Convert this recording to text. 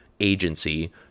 agency